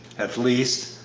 at least,